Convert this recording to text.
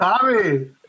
Tommy